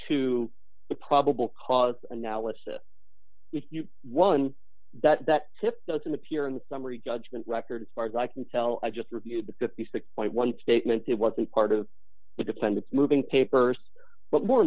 to the probable cause analysis one that that tip doesn't appear in the summary judgment records far as i can tell i just reviewed fifty six point one statement it was a part of the defendant's moving papers but more